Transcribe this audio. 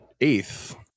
eighth